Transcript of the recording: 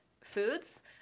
foods